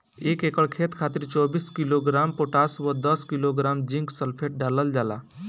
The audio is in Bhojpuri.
एक एकड़ खेत खातिर चौबीस किलोग्राम पोटाश व दस किलोग्राम जिंक सल्फेट डालल जाला?